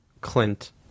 Clint